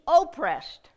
oppressed